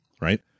right